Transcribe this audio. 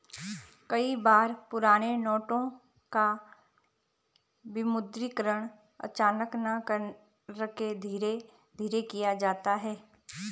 कई बार पुराने नोटों का विमुद्रीकरण अचानक न करके धीरे धीरे किया जाता है